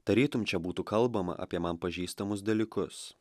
tarytum čia būtų kalbama apie man pažįstamus dalykus